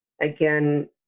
again